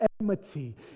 enmity